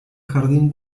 jardín